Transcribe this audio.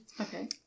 okay